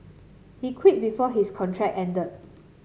he quit before his contract ended